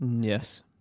Yes